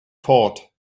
fort